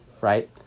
Right